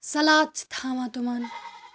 salad چھِ تھاوان تِمَن